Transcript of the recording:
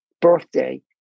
birthday